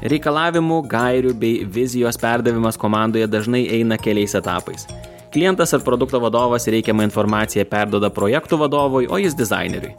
reikalavimų gairių bei vizijos perdavimas komandoje dažnai eina keliais etapais klientas ar produkto vadovas reikiamą informaciją perduoda projektų vadovui o jis dizaineriui